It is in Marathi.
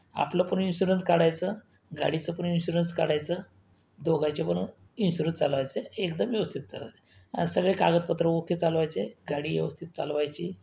आपलं पण इन्शुरन्स काढायचं गाडीचं पण इन्शुरन्स काढायचं दोघांचे पण इन्शुरन्स चालवायचे एकदम व्यवस्थित चालवा आणि सगळे कागदपत्र ओ के चालवायचे गाडी व्यवस्थित चालवायची